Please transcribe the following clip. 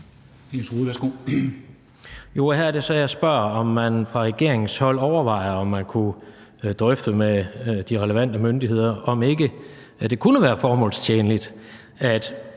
Jens Rohde (KD): Her er det så, jeg spørger, om man fra regeringens side overvejer, om man kunne drøfte med de relevante myndigheder, om ikke det kunne være formålstjenligt at